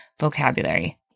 vocabulary